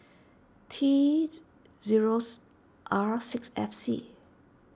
T Z zeros R six F C